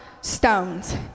stones